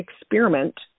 experiment